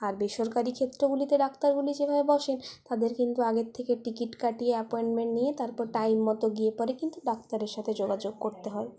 আর বেসরকারি ক্ষেত্রগুলিতে ডাক্তারগুলি যেভাবে বসেন তাদের কিন্তু আগের থেকে টিকিট কাটিয়ে অ্যাপয়েনমেন্ট নিয়ে তারপর টাইম মত গিয়ে পরে কিন্তু ডাক্তারের সাথে যোগাযোগ করতে হয়